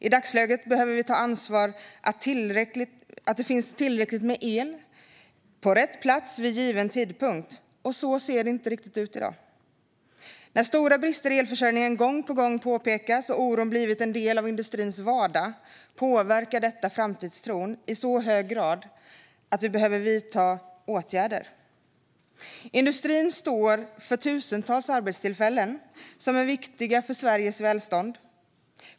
I dagsläget behöver vi ta ansvar för att det finns tillräckligt med el på rätt plats vid varje given tidpunkt, och så ser det inte riktigt ut i dag. När stora brister i elförsörjningen gång på gång påpekas och när oron har blivit en del av industrins vardag påverkar det framtidstron i så hög grad att vi behöver vidta åtgärder. Industrin står för tusentals arbetstillfällen, som är viktiga för Sveriges välstånd.